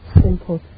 simple